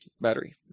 battery